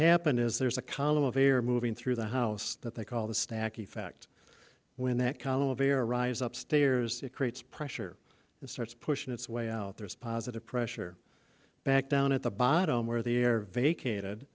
happened is there's a column of air moving through the house that they call the stack effect when that column of air rises up stairs it creates pressure and starts pushing its way out there is positive pressure back down at the bottom where the air vacated